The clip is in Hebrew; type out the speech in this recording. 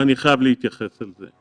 אני חייב להתייחס לזה.